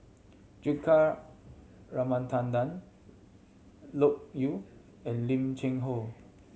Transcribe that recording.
Juthika Ramanathan Loke Yew and Lim Cheng Hoe